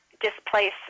displace